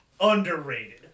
underrated